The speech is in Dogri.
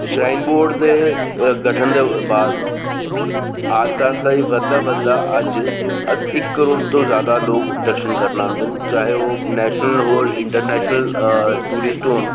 श्रराइन बोर्ड दे गठन दे बाद आस्तै आस्तै ओह्दा बधदा बधदा अज्ज इक करोड़ तूं ज्यादा लोक दर्शन करन आंदे ना चाहे ओह् नेशनल होन जां इंटरनेशनल होन